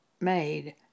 made